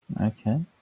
Okay